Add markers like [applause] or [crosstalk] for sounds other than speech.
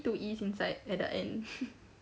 two E's inside at the end [laughs]